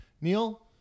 Neil